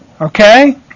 Okay